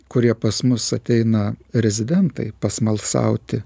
kurie pas mus ateina rezidentai pasmalsauti